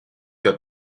that